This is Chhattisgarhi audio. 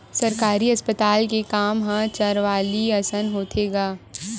सरकारी अस्पताल के काम ह चारवाली असन होथे गा